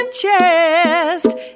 chest